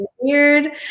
weird